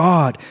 God